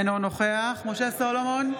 אינו נוכח משה סולומון,